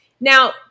Now